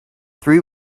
three